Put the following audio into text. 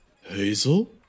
Hazel